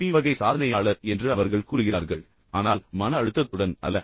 AB வகை சாதனையாளர் என்று அவர்கள் கூறுகிறார்கள் ஆனால் மன அழுத்தத்துடன் அல்ல